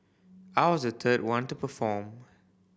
I was the third one to perform